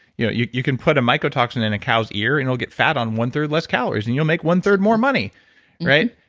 you know you you can put a mycotoxin in a cow's ear and it'll get fat on one-third less calories and you'll make one-third more money right?